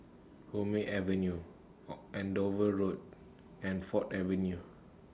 Hume Avenue Andover Road and Ford Avenue